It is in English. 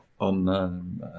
on